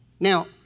Now